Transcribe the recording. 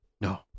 No